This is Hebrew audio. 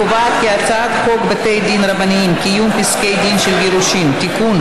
להעביר את הצעת חוק בתי דין רבניים (קיום פסקי דין של גירושין) (תיקון,